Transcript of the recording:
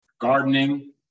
gardening